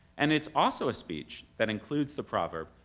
and it's also a speech that includes the proverb,